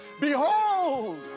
Behold